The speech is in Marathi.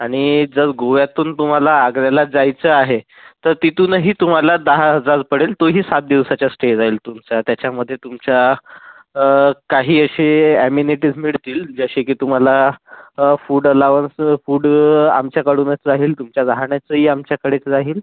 आणि जर गोव्यातून तुम्हाला आग्र्याला जायचं आहे तर तिथूनही तुम्हाला दहा हजार पडेल तो ही सात दिवसाच्या स्टे राहील तुमचा त्याच्यामध्ये तुमचा काही असे ॲमेनिटीज मिळतील जसे की तुम्हाला फूड अलाउन्स फूड आमच्याकडूनच राहील तुमच्या राहण्याचंही आमच्याकडेच राहील